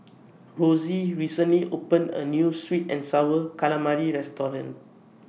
Rosey recently opened A New Sweet and Sour Calamari Restaurant